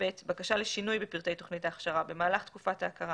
בקשה לשינוי בפרטי תוכנית ההכשרה במהלך תקופת ההכרה